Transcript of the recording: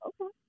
okay